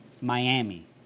Miami